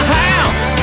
house